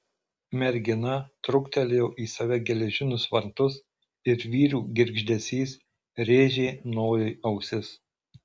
mergina truktelėjo į save geležinius vartus ir vyrių girgždesys rėžė nojui ausis